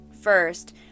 first